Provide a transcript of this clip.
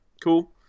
cool